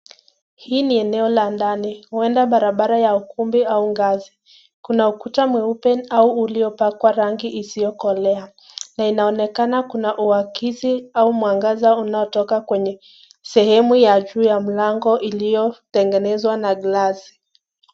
Hii ni eneo la ndani. Huenda barabara ya ukumbi au ngazi. Kuna ukuta mweupe au uliopakwa rangi isiyokolea na inaonekana kuna uakizi au mwangaza unaotoka kwenye sehemu ya juu ya mlango iliyotengenezwa na glasi.